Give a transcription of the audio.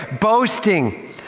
boasting